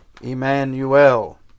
Emmanuel